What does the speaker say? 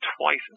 twice